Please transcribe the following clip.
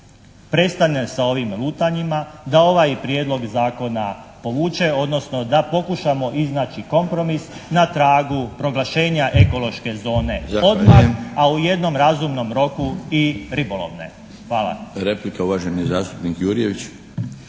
prestane sa ovim lutanjima, da ovaj Prijedlog zakona povuče, odnosno da pokušamo iznaći kompromis na tragu proglašenja ekološke zone odmah, a u jednom razumnom roku i ribolovne. Hvala.